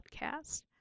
podcast